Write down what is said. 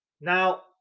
now